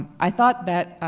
i thought that